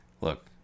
Look